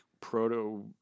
proto